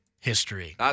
History